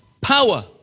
power